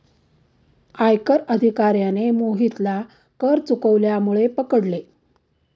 आयकर अधिकाऱ्याने मोहितला कर चुकवल्यामुळे पकडले